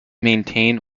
maintain